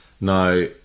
Now